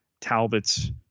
Talbot's